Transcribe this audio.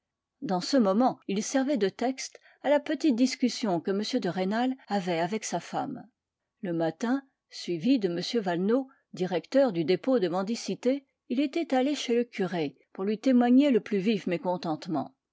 dans ce moment ils servaient de texte à la petite discussion que m de rênal avait avec sa femme le matin suivi de m valenod directeur du dépôt de mendicité il était allé chez le curé pour lui témoigner le plus vif mécontentement